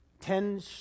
Ten